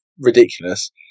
ridiculous